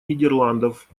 нидерландов